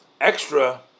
extra